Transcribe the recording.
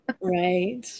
Right